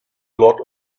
lot